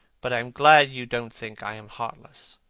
but i am glad you don't think i am heartless.